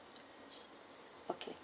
okay